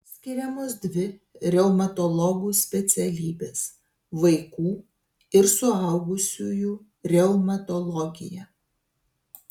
skiriamos dvi reumatologų specialybės vaikų ir suaugusiųjų reumatologija